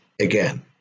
again